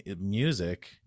music